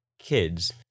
kids